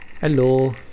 Hello